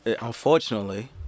unfortunately